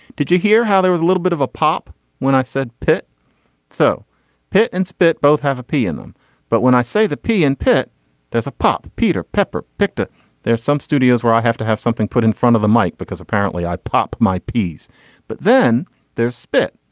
did you hear how there was a little bit of a pop when i said pit so pit and spit both have a p in them but when i say the p in pit there's a pop peter pepper picked it there's some studios where i have to have something put in front of the mike because apparently i pop my peas but then there's spit.